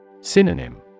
Synonym